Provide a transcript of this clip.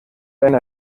einer